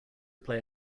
play